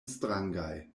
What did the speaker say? strangaj